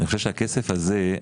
אני חושב שהכסף הזה,